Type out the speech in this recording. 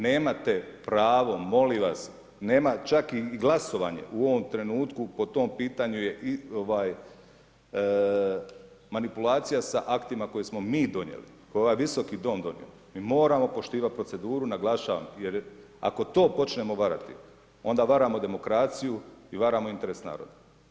Nemate pravo molim vas, nema, čak i glasovanje u ovom trenutku po tom pitanju je ovaj, manipulacija sa aktima koje smo mi donijeli, ovaj visoki dom donio, mi moramo poštivat proceduru, naglašavam, jer ako to počnemo varati, onda varamo demokraciju i varamo interes naroda.